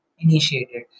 initiated